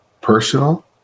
personal